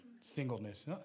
singleness